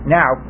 now